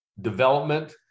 development